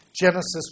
Genesis